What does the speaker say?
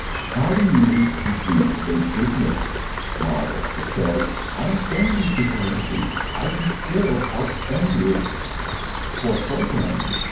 how do you compete with a business model that says, i don't care how many people are in the seats. i can still outspend you for programming,